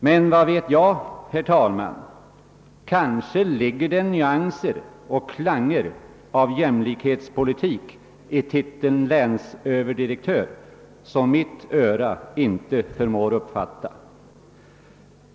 Men vad vet jag, herr talman; kanske ligger det nyanser och klanger av jämlikhetspolitik i titeln länsöverdirektör som mitt öra inte förmår uppfatta.